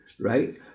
right